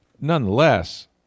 nonetheless